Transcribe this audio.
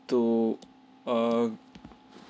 to err